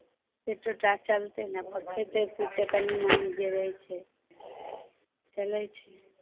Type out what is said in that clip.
पेटो टा चलतै ने खेतै पितै कनि मनि जे रहैत छै चलैत छै